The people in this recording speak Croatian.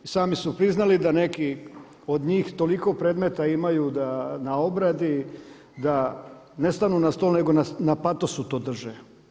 I sami su priznali da neki od njih tolik predmeta imaju na obradi da nestanu na stol nego na patosu to drže.